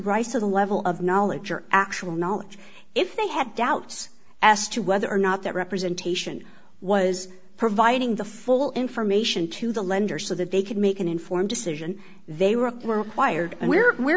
rise to the level of knowledge or actual knowledge if they had doubts as to whether or not that representation was providing the full information to the lender so that they could make an informed decision they were required and we're